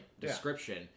description